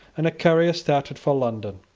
and a courier started for london.